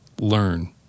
Learn